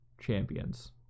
champions